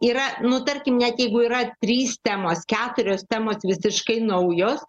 yra nu tarkim net jeigu yra trys temos keturios temos visiškai naujos